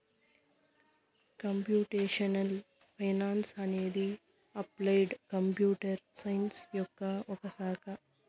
computational finance అనేది applied computer science యొక్క ఒక శాఖ